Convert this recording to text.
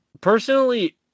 personally